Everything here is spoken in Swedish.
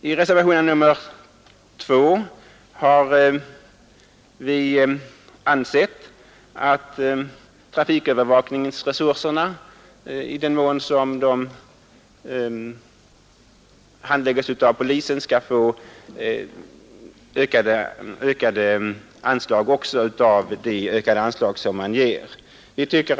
I reservationen 2 har vi ansett att trafikövervakningen i den mån den handlägges av polisen skall få del av de ökade anslag som ges.